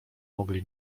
mogli